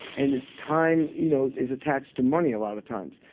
and ah time you know is attached to money a lot of times.